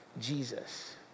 Jesus